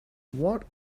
what